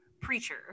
preacher